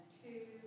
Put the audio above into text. two